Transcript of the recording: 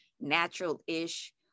natural-ish